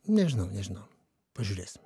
nežinau nežinau pažiūrėsim